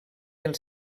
del